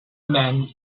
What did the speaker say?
men